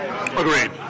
Agreed